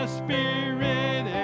spirit